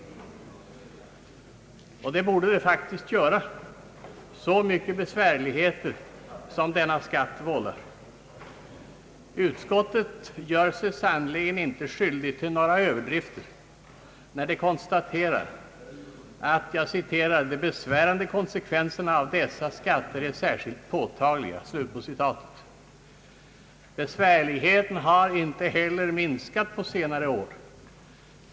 Och det borde det faktiskt göra, så mycket besvärligheter som denna skatt vållar. Utskottet gör sig sannerligen inte skyldigt till några överdrifter, när det konstaterar att »de besvärande konsekvenserna av dessa skatter är särskilt påtagliga». Besvärligheterna har inte heller minskat på senare år.